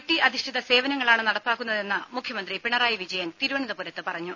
T അധിഷ്ഠിത സേവനങ്ങളാണ് നടപ്പാക്കുന്നതെന്ന് മുഖ്യമന്ത്രി പിണറായി വിജയൻ തിരുവനന്തപുരത്ത് പറഞ്ഞു